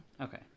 Okay